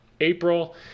April